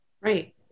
right